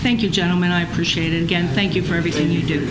thank you gentlemen i appreciate it again thank you for everything you